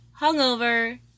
hungover